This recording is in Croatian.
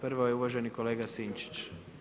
Prvo je uvaženi kolega Sinčić.